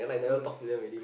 won't